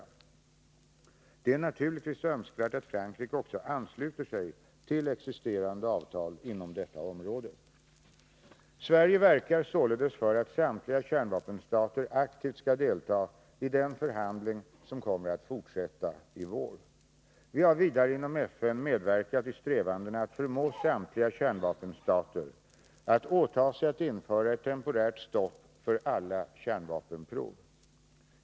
Det är naturligtvis önskvärt att Frankrike också ansluter sig till existerande avtal inom detta område. Sverige verkar således för att samtliga kärnvapenstater aktivt skall delta i den förhandling som kommer att fortsätta i vår. Vi har vidare inom FN medverkat i strävandena att förmå samtliga kärnvapenstater att åta sig att införa ett temporärt stopp för alla kärnvapenprov.